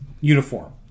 uniform